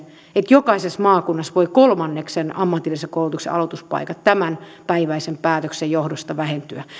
että jokaisessa maakunnassa voivat ammatillisen koulutuksen aloituspaikat vähentyä kolmanneksen tämänpäiväisen päätöksen johdosta